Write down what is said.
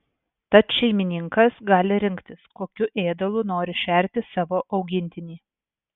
tad šeimininkas gali rinktis kokiu ėdalu nori šerti savo augintinį